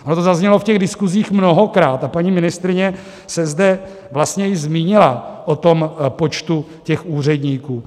Ono to zaznělo v těch diskusích mnohokrát a paní ministryně se zde vlastně i zmínila o počtu těch úředníků.